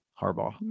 Harbaugh